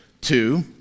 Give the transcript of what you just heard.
two